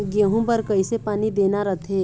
गेहूं बर कइसे पानी देना रथे?